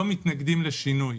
לא מתנגדים לשינוי,